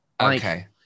okay